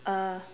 uh